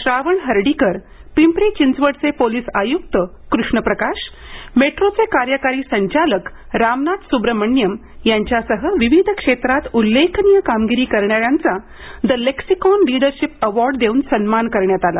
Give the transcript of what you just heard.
श्रावण हर्डीकर पिंपरी चिंचवडचे पोलीस आयुक्त कृष्णप्रकाश मेट्रोचे कार्यकारी संचालक रामनाथ सुब्रमण्यम यांच्यासह विविध क्षेत्रात उल्लेखनीय कामगिरी करणाऱ्यांचा द लेक्सिकॉन लीडरशीप अॅवार्ड देऊन सन्मान करण्यात आला